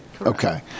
Okay